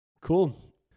Cool